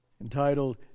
entitled